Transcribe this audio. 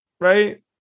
right